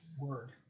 word